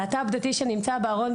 להט"ב דתי שנמצא בארון,